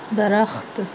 درخت